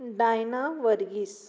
Diana Varghese